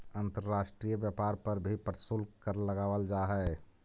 अंतर्राष्ट्रीय व्यापार पर भी प्रशुल्क कर लगावल जा हई